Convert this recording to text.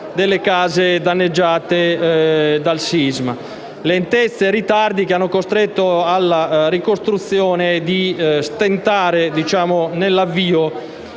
delle case danneggiate dal sisma. Si tratta di lentezze e ritardi che hanno costretto la ricostruzione a stentare nell'avvio